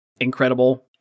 incredible